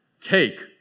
Take